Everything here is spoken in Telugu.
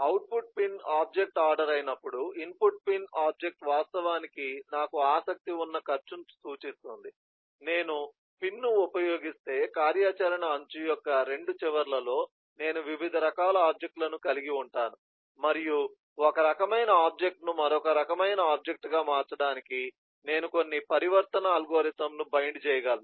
అవుట్పుట్ పిన్ ఆబ్జెక్ట్ ఆర్డర్ అయినప్పుడు ఇన్పుట్ పిన్ ఆబ్జెక్ట్ వాస్తవానికి నాకు ఆసక్తి ఉన్న ఖర్చు ను సూచిస్తుంది నేను పిన్ను ఉపయోగిస్తే కార్యాచరణ అంచు యొక్క 2 చివర్లలో నేను వివిధ రకాల ఆబ్జెక్ట్ లను కలిగి ఉంటాను మరియు ఒక రకమైన ఆబ్జెక్ట్ ను మరొక రకమైన ఆబ్జెక్ట్ గా మార్చడానికి నేను కొన్ని పరివర్తన అల్గారిథమ్ను బైండ్ చేయగలను